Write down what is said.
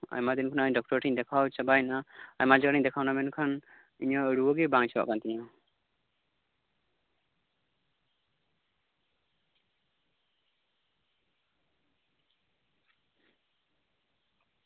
ᱞᱟᱹᱭ ᱞᱮᱠᱷᱟᱡ ᱟᱹᱰᱤ ᱵᱷᱟᱜᱤ ᱦᱩᱭ ᱠᱚᱜᱼᱟ ᱟᱭᱢᱟ ᱫᱤᱱ ᱠᱷᱚᱱᱟᱜ ᱰᱚᱠᱴᱚᱨ ᱴᱷᱮᱱᱤᱧ ᱫᱮᱠᱷᱟᱣ ᱪᱟᱵᱟᱭᱮᱱᱟ ᱟᱭᱢᱟ ᱫᱤᱱᱤᱧ ᱫᱮᱠᱷᱟᱣᱱᱟ ᱢᱮᱱᱠᱷᱟᱱ ᱤᱧᱟᱹᱜ ᱨᱩᱣᱟᱹ ᱜᱮ ᱵᱟᱝ ᱪᱟᱵᱟᱜ ᱠᱟᱱ ᱛᱤᱧᱟᱹ